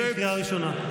קריאה ראשונה.